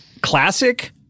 classic